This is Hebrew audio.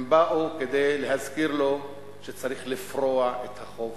הם באו כדי להזכיר לו כי צריך לפרוע את החוב,